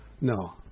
No